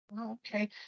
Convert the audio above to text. Okay